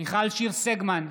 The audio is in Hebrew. מיכל שיר סגמן,